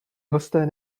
hosté